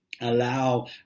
allow